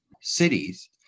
cities